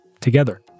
together